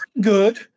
good